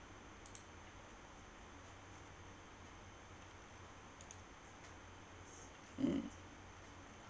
mm